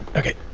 ok,